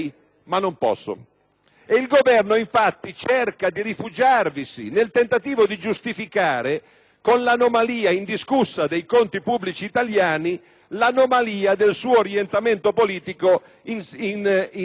con l'anomalia indiscussa dei conti pubblici italiani l'anomalia del suo orientamento politico in chiave di politiche di bilancio, un'anomalia che è tale, insisto su questo punto,